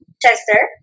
Chester